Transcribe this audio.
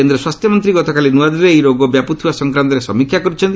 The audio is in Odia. କେନ୍ଦ୍ର ସ୍ୱାସ୍ଥ୍ୟମନ୍ତ୍ରୀ ଗତକାଲି ନୂଆଦିଲ୍ଲୀରେ ଏହି ରୋଗ ବ୍ୟାପୁଥିବା ସଂକ୍ରାନ୍ତରେ ସମୀକ୍ଷା କରିଛନ୍ତି